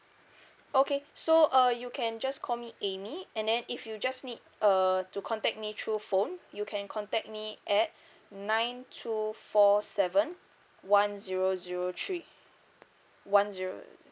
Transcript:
okay so uh you can just call me amy and then if you just need uh to contact me through phone you can contact me at nine two four seven one zero zero three one zero